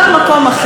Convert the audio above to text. יעמדו בתור,